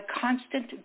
constant